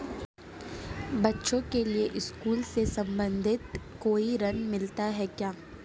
बच्चों के लिए स्कूल से संबंधित कोई ऋण मिलता है क्या?